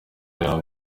yabo